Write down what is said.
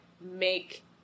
make